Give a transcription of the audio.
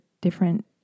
different